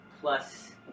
plus